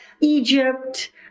egypt